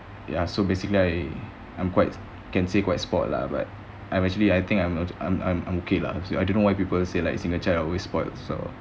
ya so basically I I'm quite can say quite spoilt lah but I'm actually I think I'm I'm I'm I'm okay lah I don't why people say like single child always spoilt so